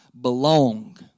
belong